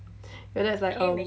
your dad's like oh